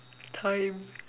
time